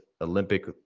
Olympic